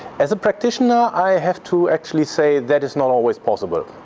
as a practitioner i have to actually say that is not always possible.